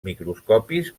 microscòpics